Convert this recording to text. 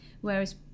Whereas